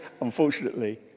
unfortunately